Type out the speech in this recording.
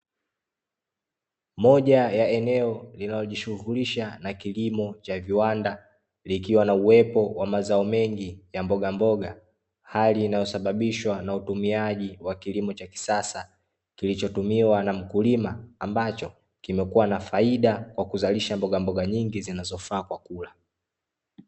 Moja ya eneo linalojishughulisha na kilimo cha viwanda, likiwa na uwepo wa mazao mengi ya mbogamboga hali inayosababishwa na utumiaji wa kilimo cha kisasa, kilichotumiwa na mkulima, ambacho kimekuwa na faida kwa kuzalisha mbogamboga nyingi zinazofaa kwa kula.